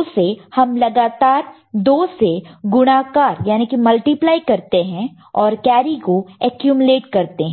उसे हम लगातार 2 से गुणाकार मल्टीप्लाई multiply करते हैं और कैरी को ऍक्युमुलेट् करते हैं